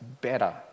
better